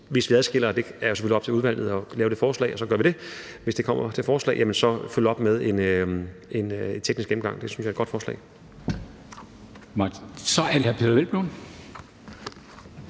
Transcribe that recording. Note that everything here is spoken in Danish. hvis vi adskiller det. Det er jo selvfølgelig op til udvalget at lave det forslag, og så gør vi det, og hvis det kommer til et forslag, følges der op med en teknisk gennemgang. Det synes jeg er et godt forslag.